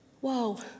Whoa